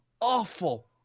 awful